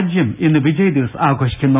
രാജ്യം ഇന്ന് വിജയ് ദിവസ് ആഘോഷിക്കുന്നു